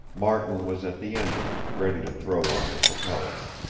martin was at the engine, ready to throw on the propeller.